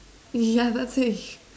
ya that's a